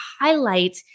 highlight